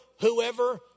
whoever